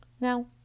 Now